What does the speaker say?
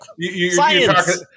Science